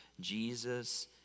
Jesus